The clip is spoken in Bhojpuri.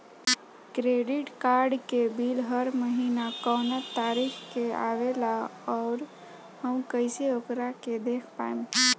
क्रेडिट कार्ड के बिल हर महीना कौना तारीक के आवेला और आउर हम कइसे ओकरा के देख पाएम?